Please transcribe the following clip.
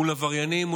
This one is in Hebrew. מול עבריינים,